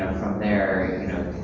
from there, you know,